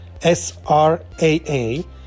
sraa